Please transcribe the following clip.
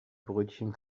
brötchen